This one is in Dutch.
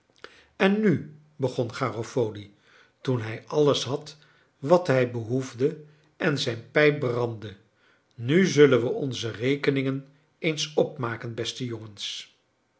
en nu begon garofoli toen hij alles had wat hij behoefde en zijn pijp brandde nu zullen we onze rekeningen eens opmaken beste jongens